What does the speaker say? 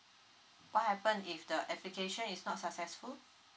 what happen if the application is not successful